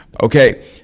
okay